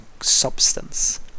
substance